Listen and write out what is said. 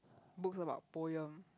books about poem